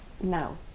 now